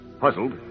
Puzzled